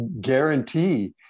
guarantee